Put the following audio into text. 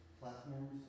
platforms